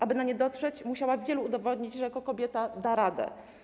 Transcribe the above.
Aby na nie dotrzeć, musiała udowodnić, że jako kobieta da radę.